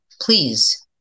Please